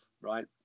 right